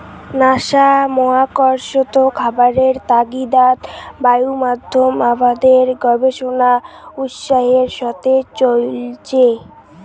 NASA মহাকর্ষত খাবারের তাগিদাত বায়ুমাধ্যম আবাদের গবেষণা উৎসাহের সথে চইলচে